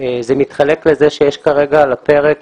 זה מתחלק לכך שיש כרגע על הפרק